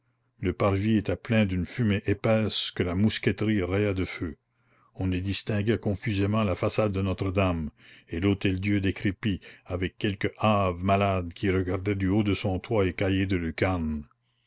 le parvis était plein d'une fumée épaisse que la mousqueterie rayait de feu on y distinguait confusément la façade de notre-dame et l'hôtel-dieu décrépit avec quelques hâves malades qui regardaient du haut de son toit écaillé de